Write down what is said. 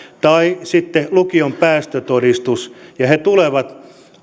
tai sitten lukion päästötodistus ja he tulevat